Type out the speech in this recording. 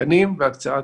תקנים ובהקצאת